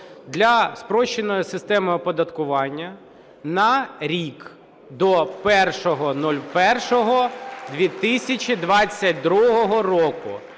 для спрощеної системи оподаткування на рік – до 01.01.2022 року.